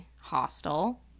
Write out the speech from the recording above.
hostel